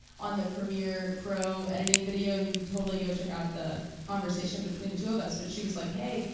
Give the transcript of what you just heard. on the premiere pro editing video, and you can totally go check out the conversation between the two of us, but she was like, hey,